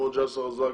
כמו ג'סר אל-זרקא,